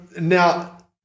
now